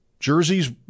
Jersey's